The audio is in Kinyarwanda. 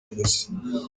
inoze